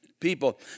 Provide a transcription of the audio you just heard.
people